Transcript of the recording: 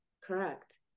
correct